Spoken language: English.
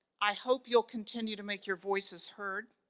i hope you'll continue to make your voices heard,